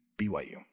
BYU